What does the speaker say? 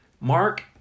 Mark